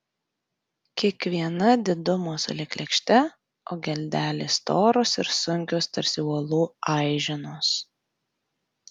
kiekviena didumo sulig lėkšte o geldelės storos ir sunkios tarsi uolų aiženos